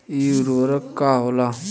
इ उर्वरक का होला?